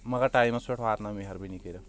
مگر ٹایمَس پٮ۪ٹھ واتناو مہربٲنی کٔرِتھ